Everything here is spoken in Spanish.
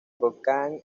volcán